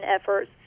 efforts